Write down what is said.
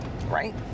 Right